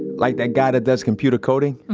like that guy that does computer coding?